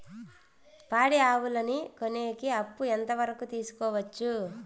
పాడి ఆవులని కొనేకి అప్పు ఎంత వరకు తీసుకోవచ్చు?